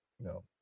No